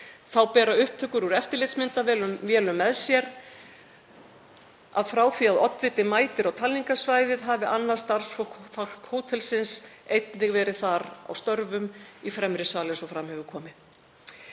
Þá bera upptökur úr eftirlitsmyndavélum með sér að frá því að oddviti mætir á talningarsvæðið hafi annað starfsfólk hótelsins einnig verið þar að störfum í fremri sal, eins og fram hefur komið.